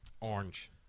Orange